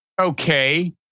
Okay